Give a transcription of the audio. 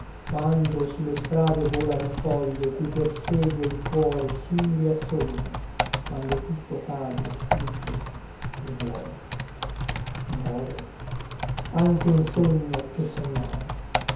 quando su le strade volano foglie cui persegue il cuore simili a sogno quando tutto cade stingesi e muore muore anche un sogno che sognai